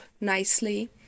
nicely